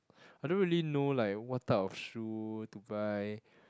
I don't really know like what type of shoe to buy